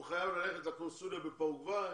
הוא חייב ללכת לקונסוליה בפרגוואי